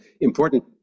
important